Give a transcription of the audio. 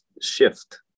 shift